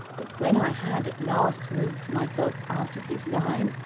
but when i had at last moved myself out of his line,